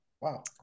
Wow